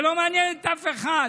זה לא מעניין את אף אחד,